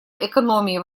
экономии